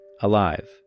alive